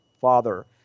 father